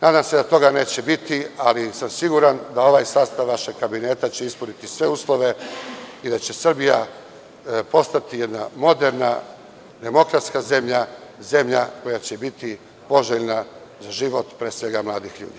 Nadam se da toga neće biti, ali sam siguran da će ovaj sastav vašeg kabineta ispuniti sve uslove i da će Srbija postati jedna moderna, demokratska zemlja, zemlja koja će biti poželjna za život, pre svega mladih ljudi.